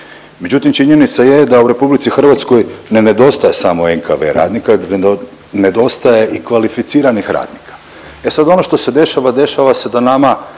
Međutim, činjenica je da u RH ne nedostaje samo NKV radnika, nedostaje i kvalificiranih radnika. E sad ono što se dešava, dešava se da nama